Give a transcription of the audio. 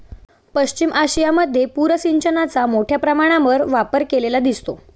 पश्चिम आशियामध्ये पूर सिंचनाचा मोठ्या प्रमाणावर वापर केलेला दिसतो